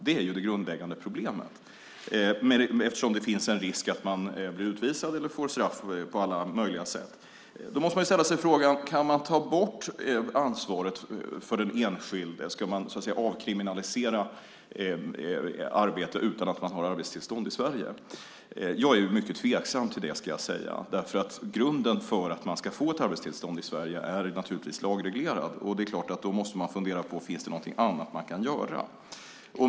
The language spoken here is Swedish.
Det är det grundläggande problemet, eftersom det finns en risk att man blir utvisad eller får straff på alla möjliga sätt. Man måste ställa sig frågan: Kan man ta bort ansvaret för den enskilde? Ska man avkriminalisera arbete utan arbetstillstånd i Sverige? Jag är mycket tveksam till det, ska jag säga. Grunden för att man ska få arbetstillstånd i Sverige är naturligtvis lagreglerad. Det är klart att man då måste fundera på om det finns någonting annat man kan göra.